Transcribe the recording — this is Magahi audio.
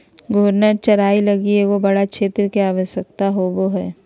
घूर्णन चराई लगी एगो बड़ा क्षेत्र के आवश्यकता होवो हइ